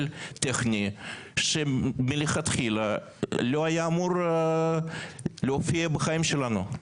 טכני שמלכתחילה לא היה אמור להופיע בחיים שלנו,